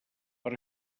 per